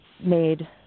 made